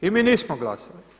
I mi nismo glasali.